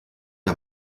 der